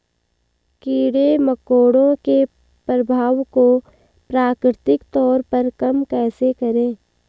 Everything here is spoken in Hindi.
कीड़े मकोड़ों के प्रभाव को प्राकृतिक तौर पर कम कैसे करें?